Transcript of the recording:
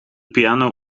piano